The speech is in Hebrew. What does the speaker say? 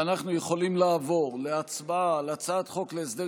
ואנחנו יכולים לעבור להצבעה על הצעת חוק להסדר